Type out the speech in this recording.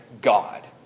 God